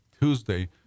Tuesday